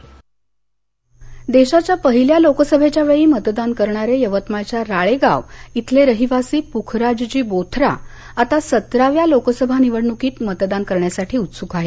intro Yavatmal देशाच्या पहिल्या लोकसभेच्या वेळी मतदान करणारे यवतमाळच्या राळेगाव इथले रहिवासी पुखराजजी बोथरा आता सतराव्या लोकसभा निवडणुकीत मतदान करण्यासाठी उत्सुक आहेत